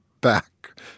back